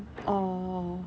orh